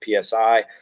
PSI